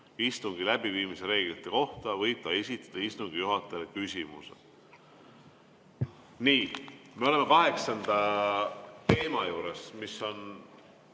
istungi läbiviimise reeglite kohta, võib ta esitada istungi juhatajale küsimuse." Nii, me oleme kaheksanda teema juures, mis on